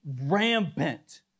rampant